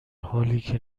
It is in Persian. حالیکه